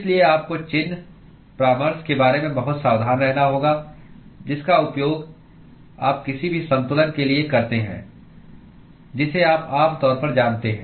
इसलिए आपको चिह्न परामर्श के बारे में बहुत सावधान रहना होगा जिसका उपयोग आप किसी भी संतुलन के लिए करते हैं जिसे आप आम तौर पर जानते हैं